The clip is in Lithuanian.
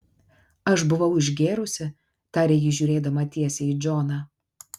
aš buvau išgėrusi tarė ji žiūrėdama tiesiai į džoną